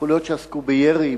חוליות שעסקו בירי,